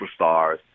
superstars